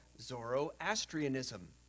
Zoroastrianism